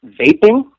Vaping